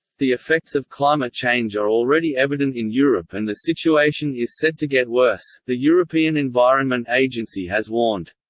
the effects of climate change are already evident in europe and the situation is set to get worse, the european environment agency has warned.